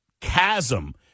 chasm